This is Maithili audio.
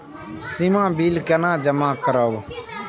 सीमा बिल केना जमा करब?